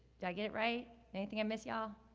did i get it right? anything i miss, y'all?